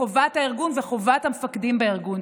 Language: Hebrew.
בחובת הארגון וחובת המפקדים בארגון,